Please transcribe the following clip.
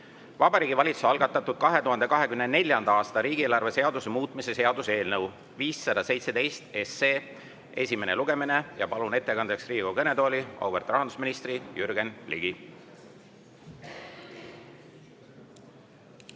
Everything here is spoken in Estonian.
Vabariigi Valitsuse algatatud 2024. aasta riigieelarve seaduse muutmise seaduse eelnõu 517 esimene lugemine. Palun ettekandeks Riigikogu kõnetooli auväärt rahandusministri Jürgen Ligi.